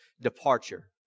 departure